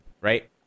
Right